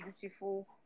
beautiful